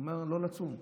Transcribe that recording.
הוא אמר: לא לצום,